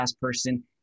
person